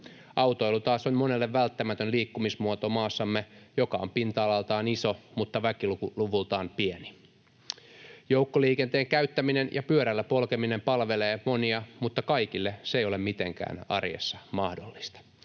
Autoilu taas on monelle välttämätön liikkumismuoto maassamme, joka on pinta-alaltaan iso mutta väkiluvultaan pieni. Joukkoliikenteen käyttäminen ja pyörällä polkeminen palvelevat monia, mutta kaikille se ei ole arjessa mitenkään mahdollista.